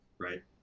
right